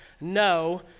No